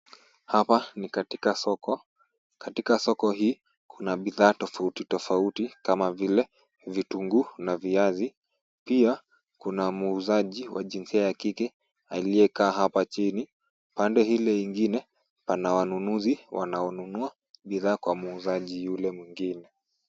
Hapa ni katika soko. Katika soko hii kuna bidhaa tofauti tofauti kama vile vitunguu na viazi. Pia kuna muuzaji wa jinsia ya kike aliyekaa hapa chini. Pande ile ingine ana wanunuzi wanaonunua bidhaa kwa muuzaji yule mwingine.